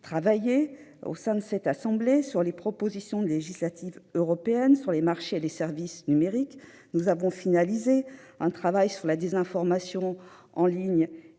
avec elle, au sein de cette assemblée, sur les propositions législatives européennes relatives aux marchés et services numériques. Nous avons finalisé un travail sur la désinformation en ligne